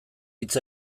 hitz